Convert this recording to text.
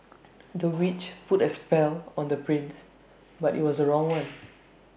the witch put A spell on the prince but IT was the wrong one